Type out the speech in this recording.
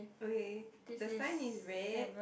okay the sign is red